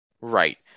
Right